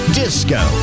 disco